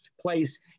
place